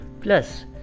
plus